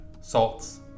salts